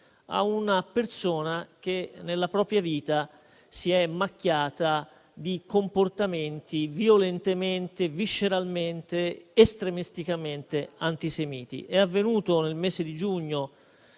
a una persona che nella propria vita si è macchiata di comportamenti violentemente, visceralmente ed estremisticamente antisemiti. È avvenuto nel mese di giugno